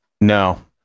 No